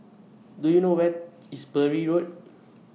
Do YOU know Where IS Bury Road